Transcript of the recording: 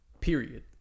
period